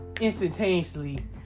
instantaneously